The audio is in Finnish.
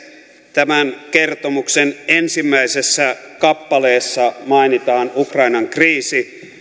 tämän kertomuksen ensimmäisessä kappaleessa mainitaan ukrainan kriisi